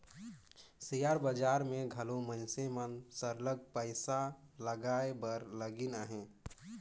share बजार में घलो मइनसे मन सरलग पइसा लगाए बर लगिन अहें